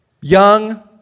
young